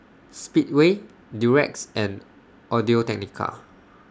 Speedway Durex and Audio Technica